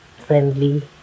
Friendly